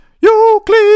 Euclid